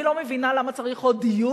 אני לא מבינה, למה צריך עוד דיון